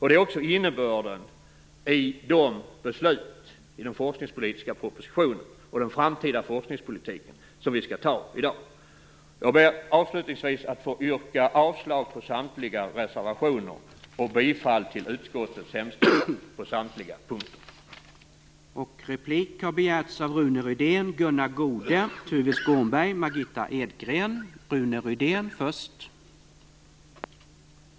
Det är också innebörden i de beslut om den forskningspolitiska propositionen och den framtida forskningspolitiken som vi skall ta i dag. Jag ber avslutningsvis att få yrka avslag på samtliga reservationer och bifall till utskottets hemställan på samtliga punkter.